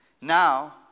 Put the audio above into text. now